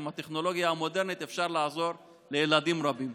עם הטכנולוגיה המודרנית אפשר לעזור לילדים רבים.